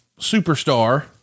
superstar